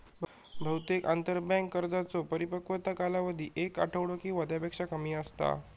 बहुतेक आंतरबँक कर्जांचो परिपक्वता कालावधी एक आठवडो किंवा त्यापेक्षा कमी असता